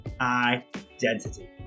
identity